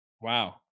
Wow